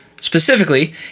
Specifically